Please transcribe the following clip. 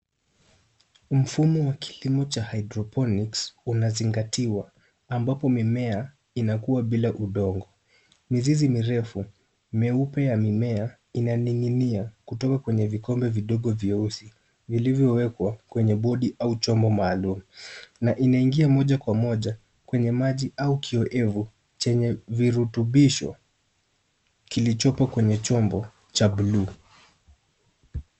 Mfumo wa kilimo cha hydroponics unazingatiwa, ambapo mimea, inakuwa bila udongo. Mizizi mirefu, meupe ya mimea, inaning'inia, kutoka kwenye vikombe vidogo vyeusi, vilivyowekwa, kwenye bodi au chombo maalum. Na inaingia moja kwa moja, kwenye maji au kiowevu, chenye virutubisho, kilichopo kwenye chombo, cha bluu.